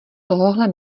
tohohle